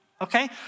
Okay